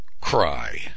cry